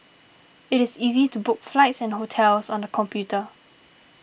it is easy to book flights and hotels on the computer